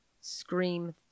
Scream